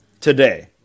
today